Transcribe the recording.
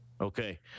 okay